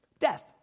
death